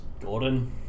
Gordon